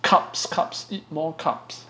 carbs carbs eat more carbs